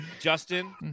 Justin